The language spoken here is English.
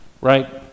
right